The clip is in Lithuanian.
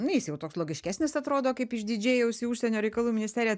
nu jis jau toks logiškesnis atrodo kaip iš didžėjaus į užsienio reikalų ministeriją